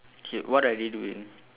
okay what are they doing